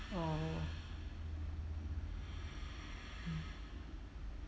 orh